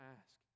ask